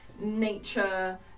nature